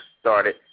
started